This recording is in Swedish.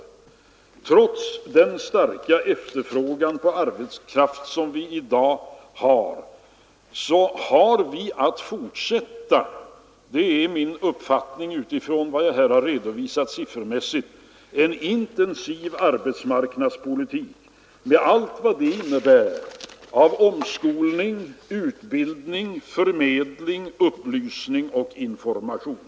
Trots den starka efterfrågan på arbetskraft som vi i dag har måste vi fortsätta — det är min uppfattning utifrån vad jag här redovisat siffermässigt — en intensiv arbetsmarknadspolitik med allt vad det innebär av omskolning utbildning, förmedling, upplysning och information.